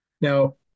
Now